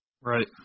Right